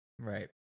Right